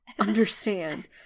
understand